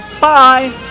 Bye